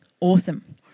Awesome